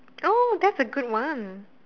oh that's a good one